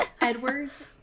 Edward's